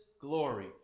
glory